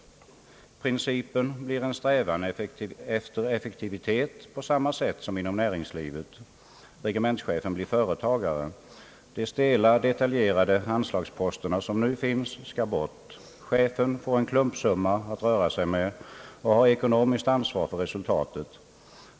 Principen blir en strävan efter effektivitet, på samma sätt som inom näringslivet. Regementschefen blir företagare. De stela detaljerade anslagsposterna som nu finns skall bort. Chefen får en klumpsumma att röra sig med och har ekonomiskt ansvar för resultatet.